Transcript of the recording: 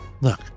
Look